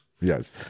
Yes